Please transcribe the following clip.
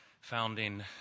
founding